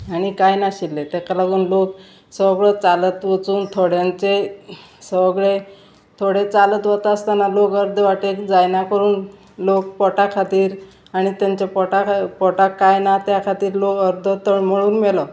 आनी कांय नाशिल्ले तेका लागून लोक सगळो चालत वचून थोड्यांचे सगळे थोडे चालत वता आसतना लोक अर्द वाटेक जायना करून लोक पोटा खातीर आनी तेंच्या पोटा पोटांत कांय ना त्या खातीर लोक अर्द तळमळून मेलो